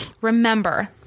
Remember